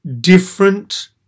different